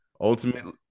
ultimately